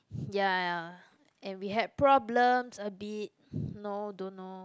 ya and we had problems a bit know don't know